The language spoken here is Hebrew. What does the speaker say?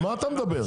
על מה אתה מדבר?